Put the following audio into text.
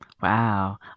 Wow